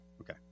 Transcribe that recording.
Okay